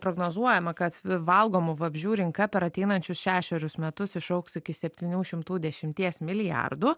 prognozuojama kad valgomų vabzdžių rinka per ateinančius šešerius metus išaugs iki septynių šimtų dešimties milijardų